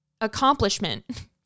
accomplishment